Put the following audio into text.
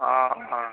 অঁ অঁ